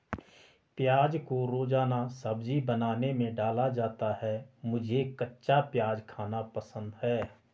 प्याज को रोजाना सब्जी बनाने में डाला जाता है मुझे कच्चा प्याज खाना बहुत पसंद है